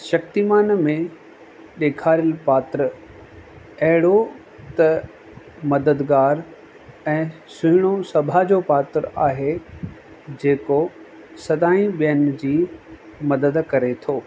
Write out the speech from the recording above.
शक्तिमान में ॾेखारनि पात्र अहिड़ो त मददगार ऐं सुहिणो सभा जो पात्र आहे जेको सदाई ॿेअनि जी मदद करे थो